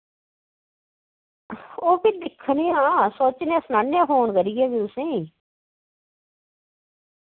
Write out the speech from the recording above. ओह् फ्ही दिक्खनेआं सोचनेआं सनानेआं फोन करियै फ्ही तुसें